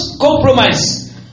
compromise